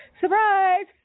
Surprise